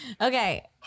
okay